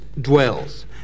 dwells